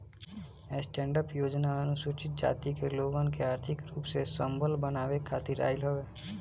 stand up योजना अनुसूचित जाति के लोगन के आर्थिक रूप से संबल बनावे खातिर आईल हवे